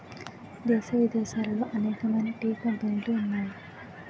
దేశ విదేశాలలో అనేకమైన టీ కంపెనీలు ఉన్నాయి